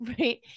Right